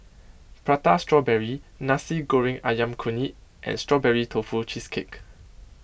Prata Strawberry Nasi Goreng Ayam Kunyit and Strawberry Tofu Cheesecake